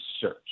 search